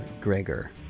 Gregor